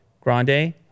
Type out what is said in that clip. Grande